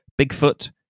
Bigfoot